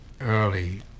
early